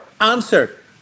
answer